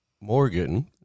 Morgan